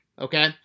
okay